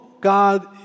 God